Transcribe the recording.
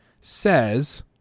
says